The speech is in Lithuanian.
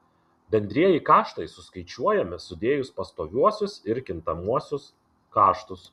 bendrieji kaštai suskaičiuojami sudėjus pastoviuosius ir kintamuosius kaštus